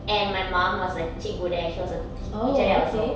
and my mum was a cikgu there she was a te~ teacher there also